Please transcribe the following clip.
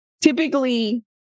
Typically